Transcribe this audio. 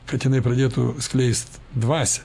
kad jinai pradėtų skleist dvasią